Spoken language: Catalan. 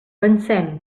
pensem